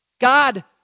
God